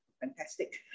Fantastic